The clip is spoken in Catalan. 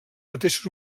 mateixos